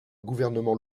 gouvernement